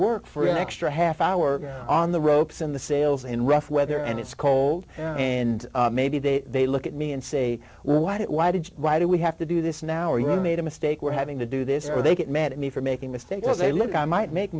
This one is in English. work for an extra half hour on the ropes in the sales in rough weather and it's cold and maybe they look at me and say well why did why did why do we have to do this now or you made a mistake we're having to do this or they get mad at me for making mistakes they look i might make